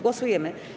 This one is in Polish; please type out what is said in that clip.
Głosujemy.